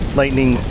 lightning